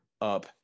up